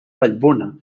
vallbona